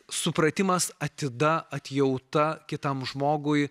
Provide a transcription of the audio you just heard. supratimas atida atjauta kitam žmogui